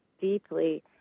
deeply